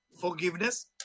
forgiveness